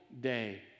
day